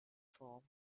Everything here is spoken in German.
form